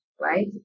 right